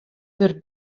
der